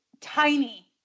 tiny